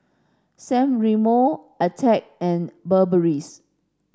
San Remo Attack and Burberry's